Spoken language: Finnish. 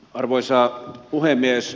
arvoisa puhemies